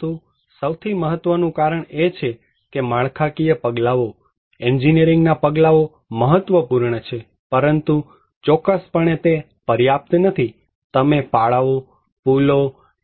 પરંતુ સૌથી મહત્વનું કારણ એ છે કે માળખાકીય પગલાઓ એન્જિનિયરિંગના પગલાઓ મહત્વપૂર્ણ છે પરંતુ ચોક્કસપણે તે પર્યાપ્ત નથી તમે પાળાઓ પૂલો